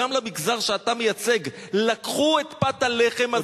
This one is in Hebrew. גם למגזר שאתה מייצג לקחו את פת הלחם הזאת,